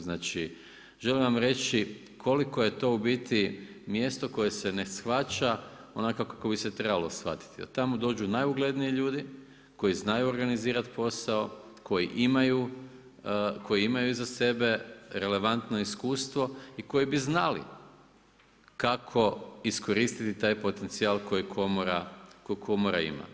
Znači, želim vam reći koliko je to u biti mjesto koje ne shvaća onako kako bi se trebalo shvatiti a tamo dođu najugledniji ljudi koji znaju organizirati posao, koji imaju iza sebe relevantno iskustvo i koji bi znali kako iskoristiti taj potencijal koji komora ima.